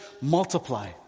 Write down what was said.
multiply